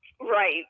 Right